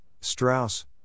Strauss